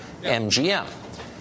MGM